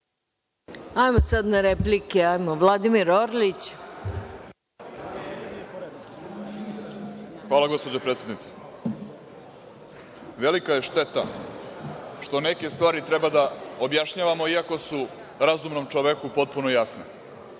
ima Vladimir Orlić. **Vladimir Orlić** Hvala, gospođo predsednice. Velika je šteta što neke stvari treba da objašnjavamo, iako su razumnom čoveku potpuno jasne.